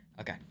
Okay